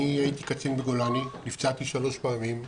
אני הייתי קצין בגולני, נפצעתי שלוש פעמים,